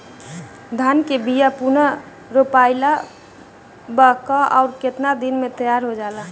धान के बिया पुनः रोपाई ला कब और केतना दिन में तैयार होजाला?